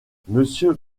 monsieur